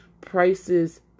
Prices